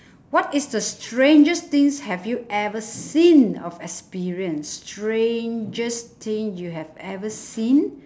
what is the strangest things have you ever seen of experienced strangest thing you have ever seen